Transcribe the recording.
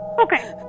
Okay